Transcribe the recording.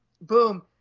boom